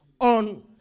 on